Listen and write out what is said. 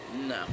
No